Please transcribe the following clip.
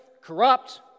corrupt